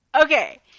Okay